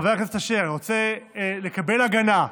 חבר הכנסת אשר, אני רוצה לקבל הגנה.